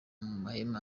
mahema